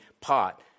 pot